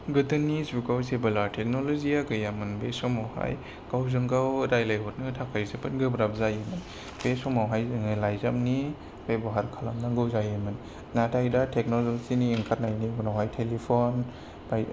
गोदोनि जुगाव जेबोला टेकन'लजिया गैयामोन बै समावहाय गावजों गाव लायरायहरनो थाखाय जोबोद गोब्राब जायोमोन बे समावहाय जोङो लाइजामनि बेब'हार खालामनांगौ जायोमोन नाथाय दा टेकन'लजिनि ओंखारनायनि उनावहाय तेलिफन बायदि